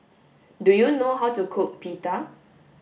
do you know how to cook pita